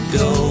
go